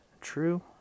true